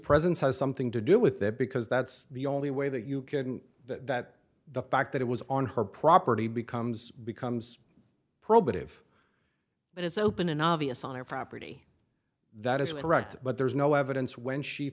presence has something to do with that because that's the only way that you can that the fact that it was on her property becomes becomes probative and it's open and obvious on a property that is correct but there's no evidence when she